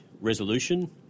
resolution